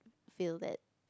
feel that